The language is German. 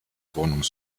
wohnung